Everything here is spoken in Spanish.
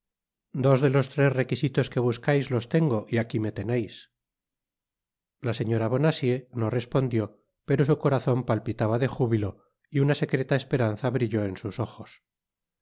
dos de los tres requisitos que buscais los tengo y aqui me teneis la señora bonacieux no respondió pero su corazon palpitaba de júbilo y una secreta esperanza brilló en sus ojos